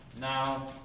Now